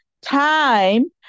Time